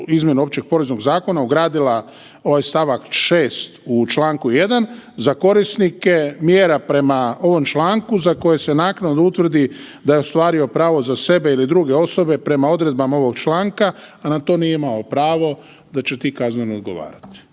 izmjene Opće poreznog zakona ugradila ovaj st. 6. u čl. 1. za korisnike mjera prema ovom članku za koje se naknadno utvrdi da je ostvario pravo za sebe ili druge osobe prema odredbama ovog članka, a na to nije imao pravo da će ti kazneno odgovarati.